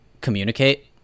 communicate